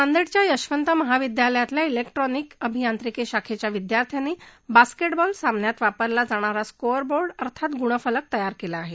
नांदेडच्या यशवंत महाविद्यालयातल्या ईलेक्ट्रॉनिक अभियांत्रिकी शाखेच्या विध्यार्थ्यांनी बास्केटबॉल सामन्यात वापरला जाणारा स्कोअर बोर्ड अर्थात गुणफलक तयार केला आहे